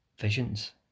visions